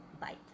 Bye